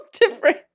different